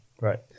Right